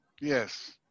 Yes